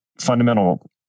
fundamental